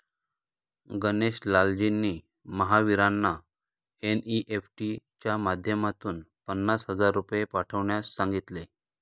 गणेश लालजींनी महावीरांना एन.ई.एफ.टी च्या माध्यमातून पन्नास हजार रुपये पाठवण्यास सांगितले